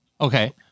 okay